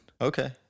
Okay